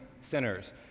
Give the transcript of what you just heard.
sinners